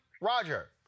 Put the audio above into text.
Roger